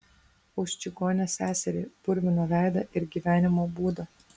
už čigonę seserį purviną veidą ir gyvenimo būdą